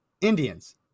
Indians